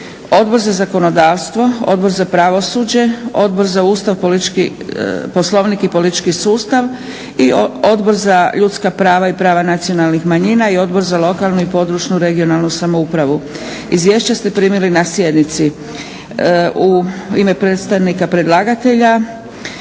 Odbor za zakonodavstvo, Odbor za pravosuđe, Odbor za Ustav, Poslovnik i politički sustav i Odbor za ljudska prava i prava nacionalnih manjina i Odbor za lokalnu i područnu (regionalnu) samoupravu. Izvješća ste primili na sjednici. U ime predstavnika predlagatelja